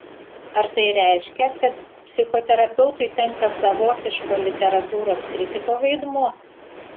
ar tai reiškia kad psichoterapeutui tenka savotiško literatūros kritiko vaidmuo